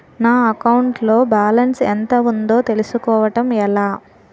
నా అకౌంట్ లో బాలన్స్ ఎంత ఉందో తెలుసుకోవటం ఎలా?